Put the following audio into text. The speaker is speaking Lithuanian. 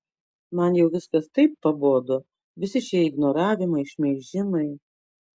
man jau viskas taip pabodo visi šie ignoravimai šmeižimai